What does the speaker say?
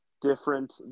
different